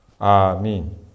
Amen